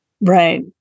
Right